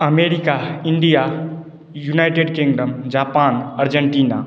America India United Kingdom Japan Argentina